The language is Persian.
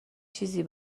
چیزی